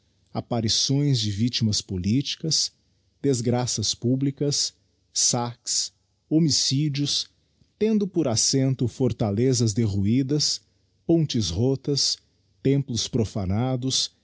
apparições de victimas politicas desgraças publicas saques homicídios tendo por as sento fortalezas derruídas pontes rotas templos profanados